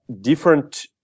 different